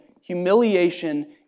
humiliation